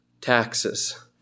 taxes